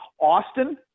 Austin